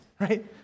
right